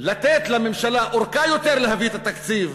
לתת לממשלה ארכה, להעביר את התקציב,